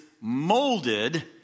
molded